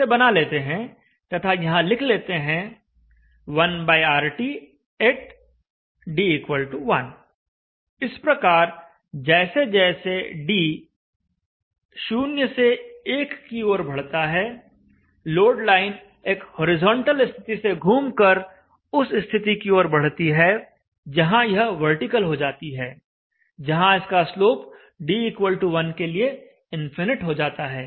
इसे बना लेते हैं तथा यहां लिख लेते हैं 1RT d1 इस प्रकार जैसे जैसे d 0 से 1 की ओर बढ़ता है लोड लाइन एक हॉरिजॉन्टल स्थिति से घूम कर उस स्थिति की ओर बढ़ती है जहां यह वर्टिकल हो जाती है जहां इसका स्लोप d1 के लिए इनफिनिट हो जाता है